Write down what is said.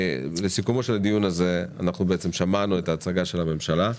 בסיכומו של הדיון הזה אני רוצה להגיד ששמענו את ההצגה של הממשלה.